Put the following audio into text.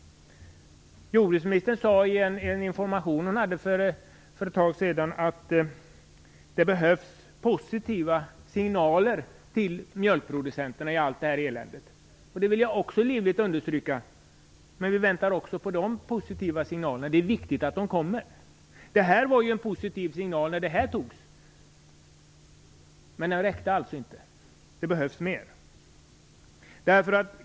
Jordbruksministern sade vid ett informationstillfälle för ett tag sedan att det i allt det här eländet behövs positiva signaler till mjölkproducenterna. Också det vill jag livligt understryka. Vi väntar nu på de positiva signalerna, och det är viktigt att de kommer. Det innebar en positiv signal när det här antogs, men det räckte alltså inte, utan det behövs mer.